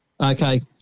Okay